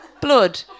Blood